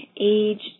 age